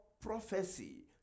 prophecy